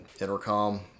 intercom